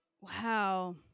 Wow